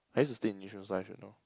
I use to stay in Yishun so I should know